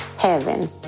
Heaven